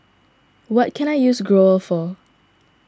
what can I use Growell for